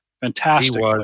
Fantastic